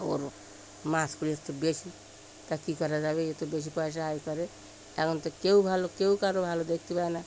ওর মাছগুলি তো বেশি তা কী করা যাবে এ তো বেশি পয়সা আয় করে এখন তো কেউ ভালো কেউ কারও ভালো দেখতে পায় না